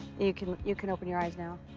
you can you can open your eyes now.